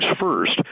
First